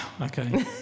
okay